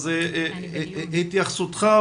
נשמח לשמוע את התייחסותך,